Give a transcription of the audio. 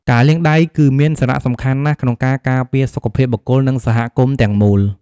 ការលាងដៃ គឺមានសារៈសំខាន់ណាស់ក្នុងការការពារសុខភាពបុគ្គល និងសហគមន៍ទាំងមូល។